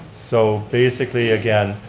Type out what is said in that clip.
so basically again,